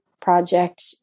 project